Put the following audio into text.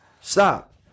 stop